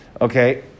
Okay